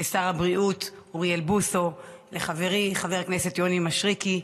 לשר הבריאות אוריאל בוסו ולחברי חבר הכנסת יוני מישרקי,